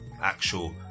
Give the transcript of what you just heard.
actual